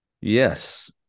Yes